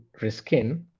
reskin